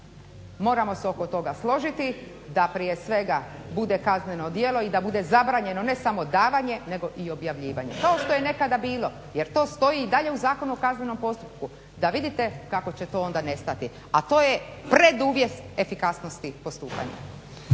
moramo se oko toga složiti da prije svega bude kazneno djelo i da bude zabranjeno ne samo davanje nego i objavljivanje, kao što je nekada bilo jer to stoji i dalje u ZKP-u. Da vidite kako će to onda nestati, a to je preduvjet efikasnosti postupanja.